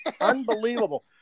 unbelievable